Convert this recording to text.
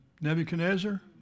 Nebuchadnezzar